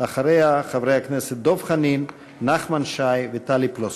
אחריה, חברי הכנסת דב חנין, נחמן שי וטלי פלוסקוב.